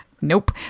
Nope